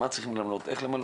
איך למלא.